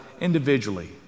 individually